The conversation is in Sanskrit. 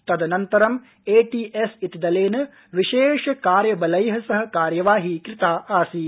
तदनन्तर एटीएस इति दलेन विशेष कार्यबला जिह कार्यवाही कृता आसीत्